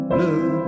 Blue